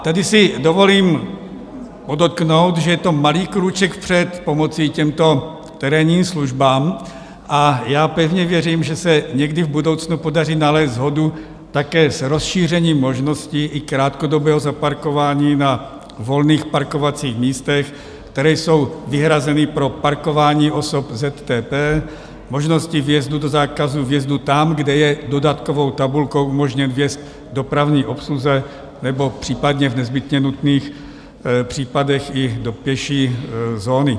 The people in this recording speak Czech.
Tady si dovolím podotknout, že je to malý krůček vpřed pomoci těmto terénním službám, a já pevně věřím, že se někdy v budoucnu podaří nalézt shodu také s rozšířením možností i krátkodobého zaparkování na volných parkovacích místech, která jsou vyhrazena pro parkování osob ZTP, možnosti vjezdu do zákazu vjezdu tam, kde je dodatkovou tabulkou umožněn vjezd dopravní obsluze, nebo případně v nezbytně nutných případech i do pěší zóny.